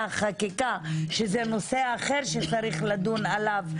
חקיקה שזה נושא אחר שצריך לדון עליו,